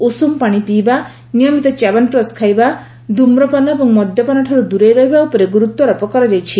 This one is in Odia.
ଉଷୁମ ପାଶି ପିଇବା ନିୟମିତ ଚ୍ୟବନ୍ପ୍ରାସ୍ ଖାଇବା ଧୂମ୍ରପାନ ଏବଂ ମଦ୍ୟପାନଠାରୁ ଦୂରେଇ ରହିବା ଉପରେ ଗୁରୁତ୍ୱାରୋପ କରାଯାଇଛି